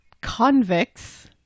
convicts